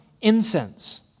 incense